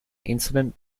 incident